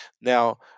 Now